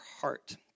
heart